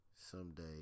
someday